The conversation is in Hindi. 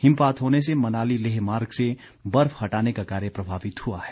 हिमपात होने से मनाली लेह मार्ग से बर्फ हटाने का कार्य प्रभावित हुआ है